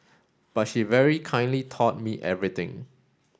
but she very kindly taught me everything